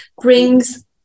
brings